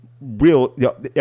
real –